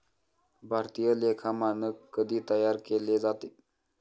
भारतीय लेखा मानक कधी तयार केले जाते?